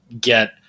get